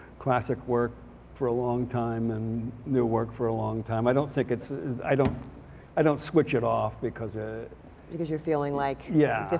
classic work for a long time and new work for a long time. i don't think it's i don't i don't switch it off because ah because you're feeling like yeah,